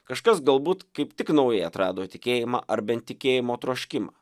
kažkas galbūt kaip tik naujai atrado tikėjimą ar bent tikėjimo troškimą